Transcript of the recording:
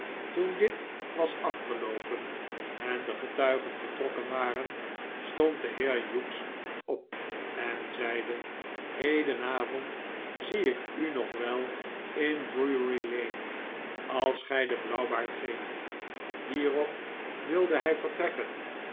toen dit was afgeloopen en de getuigen vertrokken waren stond de heer hughes op en zeide hedenavond zie ik u nog wel in drurylane als gij den blauwbaard geeft hierop wilde hij vertrekken